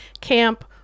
camp